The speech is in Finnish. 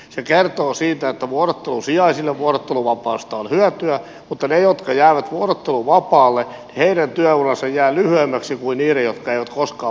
se kertoo siitä että vuorottelusijaisille vuorotteluvapaasta on hyötyä mutta niiden jotka jäävät vuorotteluvapaalle työura jää lyhyemmäksi kuin niiden jotka eivät koskaan vuorotteluvapaalle ole jääneet